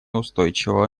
устойчивого